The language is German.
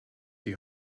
die